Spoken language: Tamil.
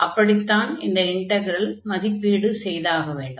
இப்படித்தான் இந்த இன்டக்ரலை மதிப்பீடு செய்தாக வேண்டும்